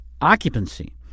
occupancy